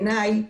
שבעיניי,